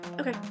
Okay